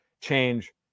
change